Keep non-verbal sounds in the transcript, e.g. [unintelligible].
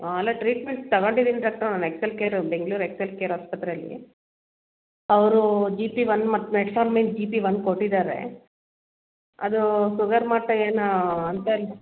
ಹಾಂ ಅಲ್ಲ ಟ್ರೀಟ್ಮೆಂಟ್ ತಗಂಡಿದೀನಿ ಡಾಕ್ಟ್ರ್ ನಾನು ಎಕ್ಸೆಲ್ಕೇರು ಬೆಂಗ್ಳೂರು ಎಕ್ಸೆಲ್ಕೇರ್ ಆಸ್ಪತ್ರೆಲ್ಲಿ ಅವರು ಜಿ ಪಿ ಒನ್ ಮತ್ತು ಮೆಟ್ಫಾರ್ಮಿನ್ ಜಿ ಪಿ ಒನ್ ಕೊಟ್ಟಿದ್ದಾರೆ ಅದು ಶುಗರ್ ಮಟ್ಟ ಏನು [unintelligible]